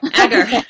Agar